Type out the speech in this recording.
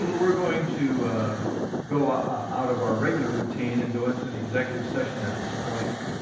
we're going to go ah ah out of our regular routine and go into an executive session at this point.